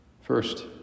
First